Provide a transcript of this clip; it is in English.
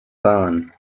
barn